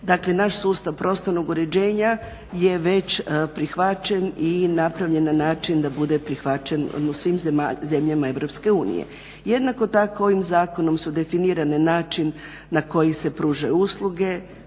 način naš sustav prostornog uređenja je već prihvaćen i napravljen na način da bude prihvaćen u svim zemljama EU. Jednako tako ovim zakonom su definirane način na koji se pružaju usluge,